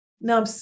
Now